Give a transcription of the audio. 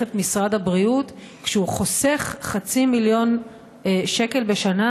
את משרד הבריאות כשהוא חוסך חצי מיליון שקל בשנה,